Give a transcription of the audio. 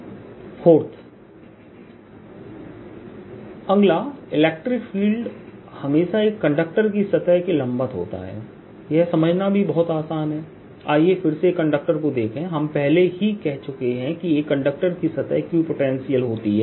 4 अगला electric field E हमेशा एक कंडक्टर की सतह के लंबवत होता है यह समझना भी बहुत आसान है आइए फिर से एक कंडक्टर को देखें हम पहले ही कह चुके हैं कि एक कंडक्टर की सतह इक्विपोटेंशियल होती है